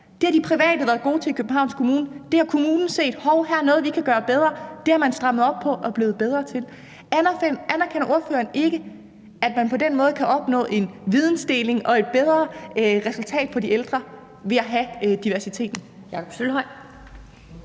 Det har de private været gode til i Københavns Kommune. Der har kommunen set, at, hov, her er noget, vi kan gøre bedre. Det har man strammet op på og er blevet bedre til. Anerkender ordføreren ikke, at man på den måde kan opnå en vidensdeling og et bedre resultat for de ældre ved at have diversitet?